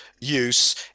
use